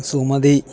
Sumathi